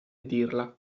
dirla